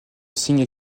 signe